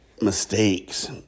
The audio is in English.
mistakes